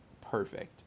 perfect